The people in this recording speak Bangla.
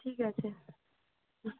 ঠিক আছে হুঁ